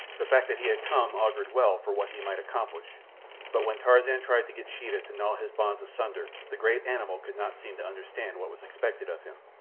the fact that he had come augured well for what he might accomplish but when tarzan tried to get sheeta to gnaw his bonds asunder the great animal could not seem to understand what was expected of him,